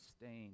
stained